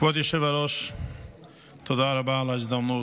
כבוד היושב-ראש, תודה רבה על ההזדמנות.